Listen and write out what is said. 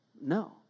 No